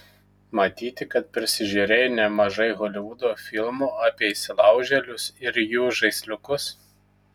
matyti kad prisižiūrėjai nemažai holivudo filmų apie įsilaužėlius ir jų žaisliukus